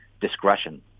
discretion